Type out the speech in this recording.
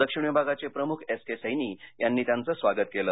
दक्षिण विभागाचे प्रमुख एस के सैनि यांनी त्यांचं स्वागत केलं